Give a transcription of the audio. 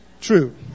True